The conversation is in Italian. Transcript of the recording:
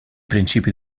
principi